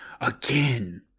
again